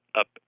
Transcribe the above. up